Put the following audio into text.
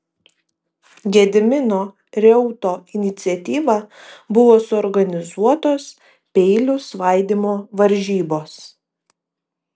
gedimino reuto iniciatyva buvo suorganizuotos peilių svaidymo varžybos